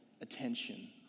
attention